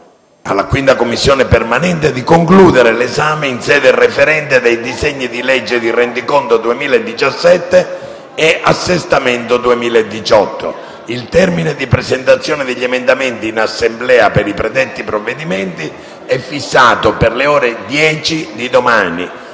alla 5a Commissione permanente di concludere l'esame in sede referente dei disegni di legge di rendiconto 2017 e assestamento 2018. Il termine di presentazione degli emendamenti in Assemblea per i predetti provvedimenti è fissato per le ore 10 di domani.